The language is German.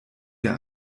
der